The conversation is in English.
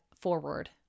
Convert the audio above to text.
forward